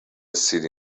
سیری